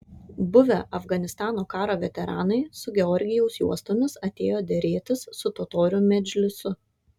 buvę afganistano karo veteranai su georgijaus juostomis atėjo derėtis su totorių medžlisu